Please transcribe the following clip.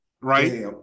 right